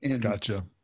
Gotcha